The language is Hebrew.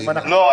לא.